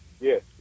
Yes